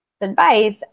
advice